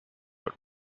but